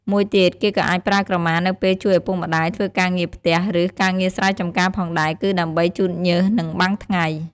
មួយទៀត គេក៏៏អាចប្រើក្រមានៅពេលជួយឪពុកម្ដាយធ្វើការងារផ្ទះ ឬ ការងារស្រែចម្ការផងដែរ គឺ ដើម្បីជូតញើស និងបាំងថ្ងៃ។